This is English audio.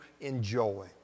enjoy